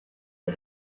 but